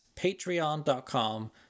patreon.com